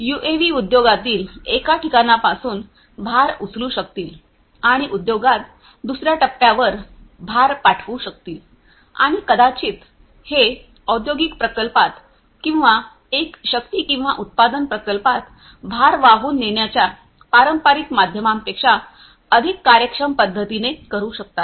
UAV उद्योगातील एका ठिकाणापासून भार उचलू शकतील आणि उद्योगात दुसर्या टप्प्यावर भार पाठवू शकतील आणि कदाचित हे औद्योगिक प्रकल्पात किंवा एक शक्ती किंवा उत्पादन प्रकल्पात भार वाहून नेण्याच्या पारंपारिक माध्यमांपेक्षा अधिक कार्यक्षम पद्धतीने करू शकतात